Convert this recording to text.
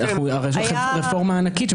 רפורמה ענקית.